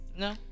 No